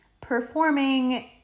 performing